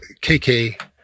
KK